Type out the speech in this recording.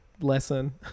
lesson